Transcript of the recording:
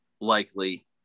likely